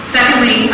Secondly